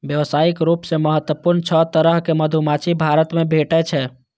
व्यावसायिक रूप सं महत्वपूर्ण छह तरहक मधुमाछी भारत मे भेटै छै